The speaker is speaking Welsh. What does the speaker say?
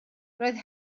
roedd